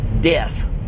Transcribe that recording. death